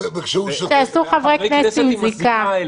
כשעשו חברי כנסת עם זיקה,